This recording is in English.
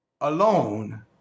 alone